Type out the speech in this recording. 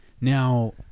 Now